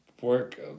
work